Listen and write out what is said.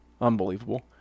Unbelievable